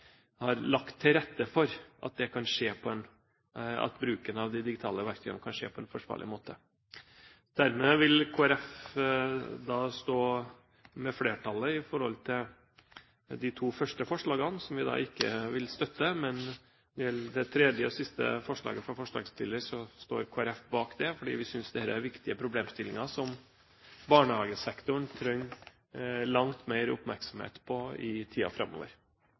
har lagt til rette for at bruken av digitale verktøy kan skje på en forsvarlig måte. Dermed vil Kristelig Folkeparti stå sammen med flertallet i de to første forslagene, som vi da ikke vil støtte. Men det tredje forslaget fra forslagsstillerne står Kristelig Folkeparti bak, fordi vi synes det peker på viktige problemstillinger som barnehagesektoren trenger langt mer oppmerksomhet på i tiden framover.